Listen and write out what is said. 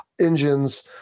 engines